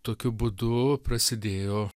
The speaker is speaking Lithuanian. tokiu būdu prasidėjo